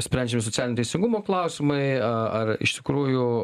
sprendžiami socialinio teisingumo klausimai a ar iš tikrųjų